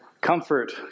Comfort